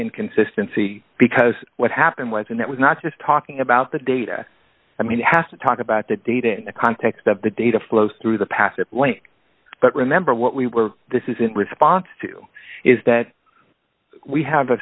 inconsistency because what happened was and it was not just talking about the data i mean it has to talk about the data in the context of the data flow through the past but remember what we were this is in response to is that we have a